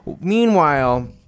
Meanwhile